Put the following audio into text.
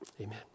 Amen